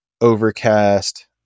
overcast